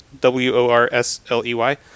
W-O-R-S-L-E-Y